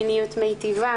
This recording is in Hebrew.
מיניות מיטיבה